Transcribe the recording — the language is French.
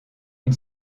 une